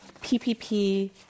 PPP